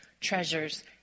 treasures